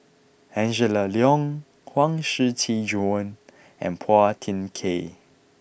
Angela Liong Huang Shiqi Joan and Phua Thin Kiay